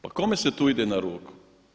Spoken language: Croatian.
Pa kome se tu ide na ruku?